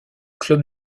club